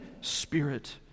Spirit